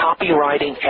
copywriting